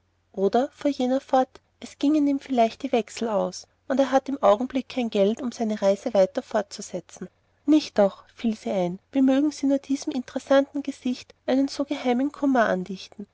oder fuhr jener fort es gingen ihm vielleicht seine wechsel aus und er hat im augenblick kein geld um seine reise weiter fortzusetzen nicht doch fiel sie ein wie mögen sie nur diesem interessanten gesicht einen so gemeinen kummer andichten